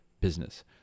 business